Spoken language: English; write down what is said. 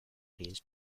days